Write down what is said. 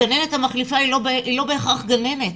הגננת המחליפה לא בהכרח גננת